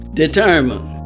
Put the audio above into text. determined